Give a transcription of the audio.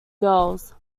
girls